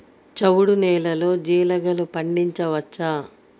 చవుడు నేలలో జీలగలు పండించవచ్చా?